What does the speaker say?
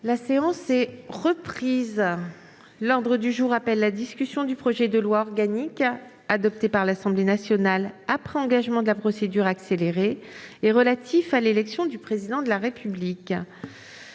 La séance est reprise. L'ordre du jour appelle la discussion du projet de loi organique, adopté par l'Assemblée nationale après engagement de la procédure accélérée, relatif à l'élection du président de la République